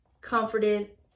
comforted